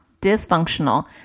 dysfunctional